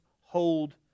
hold